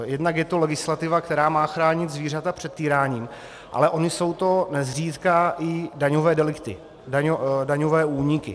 Jednak je to legislativa, která má chránit zvířata před týráním, ale ony jsou to nezřídka i daňové delikty, daňové úniky.